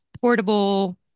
portable